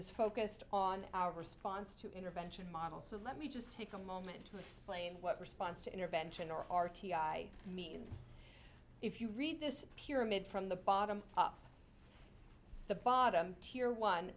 is focused on our response to intervention model so let me just take a moment to explain what response to intervention or r t i means if you read this pyramid from the bottom up the bottom tier one